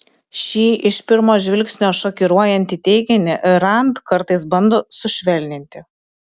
šį iš pirmo žvilgsnio šokiruojantį teiginį rand kartais bando sušvelninti